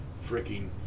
freaking